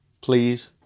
please